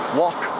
walk